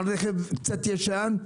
על רכב קצת ישן.